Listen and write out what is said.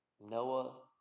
Noah